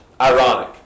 ironic